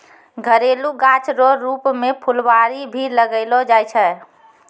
घरेलू गाछ रो रुप मे फूलवारी भी लगैलो जाय छै